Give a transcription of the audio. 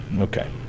Okay